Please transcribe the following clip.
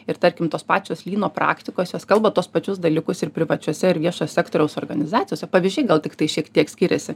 ir tarkim tos pačios lyno praktikos jos kalba tuos pačius dalykus ir privačiose ir viešojo sektoriaus organizacijose pavyzdžiai gal tiktai šiek tiek skiriasi